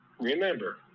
remember